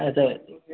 হ্যাঁ স্যার